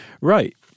Right